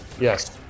Yes